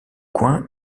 coin